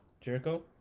Jericho